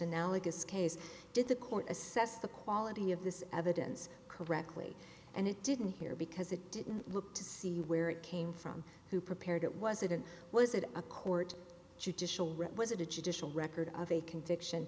analogous case did the court assess the quality of this evidence correctly and it didn't here because it didn't look to see where it came from who prepared it was it in was it a court judicial read was it a judicial record of a conviction